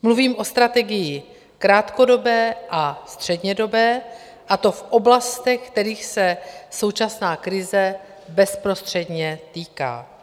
Mluvím o strategii krátkodobé a střednědobé, a to v oblastech, kterých se současná krize bezprostředně týká.